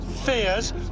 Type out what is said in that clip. fears